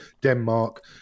Denmark